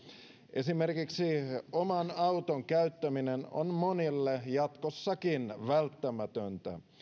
esimerkiksi oman auton käyttäminen on monille jatkossakin välttämätöntä